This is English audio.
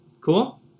Cool